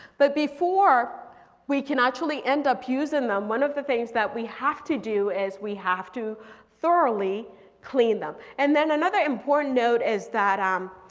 but before we can actually end up using them, one of the things that we have to do is we have to thoroughly clean them. and then another important note is that, um